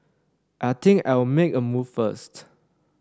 I think I'll make a move first